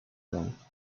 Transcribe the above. lamp